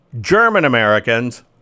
German-Americans